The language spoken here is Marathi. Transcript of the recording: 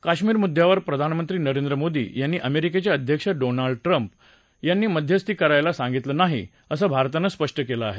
काश्मिर मुद्यावर प्रधानमंत्री नरेंद्र मोदी यांनी अमेरिकेचे अध्यक्ष डोनाल्ड ट्रम्प यांना मध्यस्थी करायल सांगितलेलं नाही असं भारतानं स्पष्ट केलं आहे